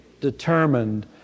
determined